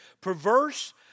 Perverse